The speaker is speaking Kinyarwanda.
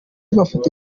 mafoto